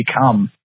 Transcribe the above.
become